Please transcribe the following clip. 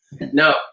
No